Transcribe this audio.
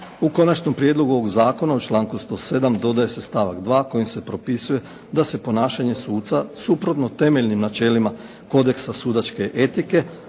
U konačnom prijedlogu ovog zakona u članku 107. dodaje se stavak 2. kojim se propisuje da se ponašanje suca suprotno temeljnim načelima kodeksa sudačke etike,